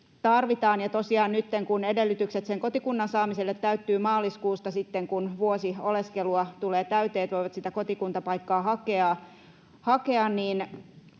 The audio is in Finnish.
Ja tosiaan nytten, kun edellytykset kotikunnan saamiselle täyttyvät maaliskuusta — sitten, kun vuosi oleskelua tulee täyteen, he voivat sitä kotikuntapaikkaa hakea — niin